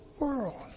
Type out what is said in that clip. world